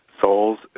souls